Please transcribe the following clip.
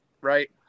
right